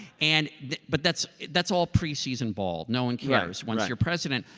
and but that's that's all pre-season ball no one cares once your president,